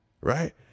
Right